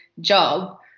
job